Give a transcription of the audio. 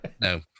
No